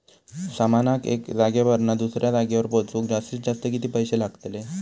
सामानाक एका जागेवरना दुसऱ्या जागेवर पोचवूक जास्तीत जास्त किती पैशे लागतले?